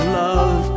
love